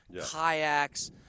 kayaks